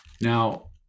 Now